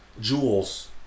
Jewels